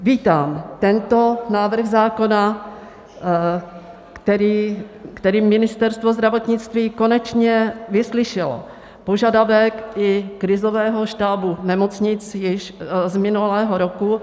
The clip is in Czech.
Vítám tento návrh zákona, který Ministerstvo zdravotnictví konečně vyslyšelo, požadavek i krizového štábu nemocnic již z minulého roku.